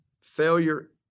Failure